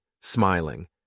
smiling